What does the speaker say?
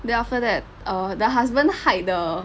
then after that err the husband hide the